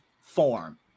form